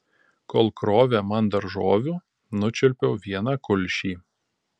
kol krovė man daržovių nučiulpiau vieną kulšį